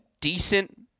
decent